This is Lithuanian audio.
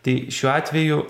tai šiuo atveju